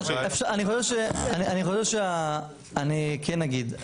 אני כן אגיד.